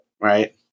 right